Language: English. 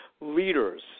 leaders